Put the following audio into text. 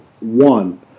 one